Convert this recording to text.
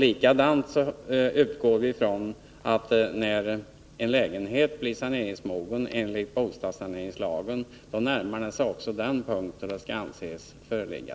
Likaså utgår vi från att man, när en lägenhet blir saneringsmogen enligt bostadssaneringslagen, närmar sig den punkt då sanitär olägenhet skall anses föreligga.